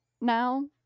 now